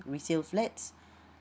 resale flats